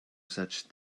such